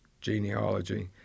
genealogy